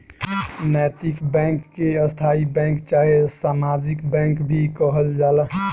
नैतिक बैंक के स्थायी बैंक चाहे सामाजिक बैंक भी कहल जाला